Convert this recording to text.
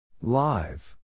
Live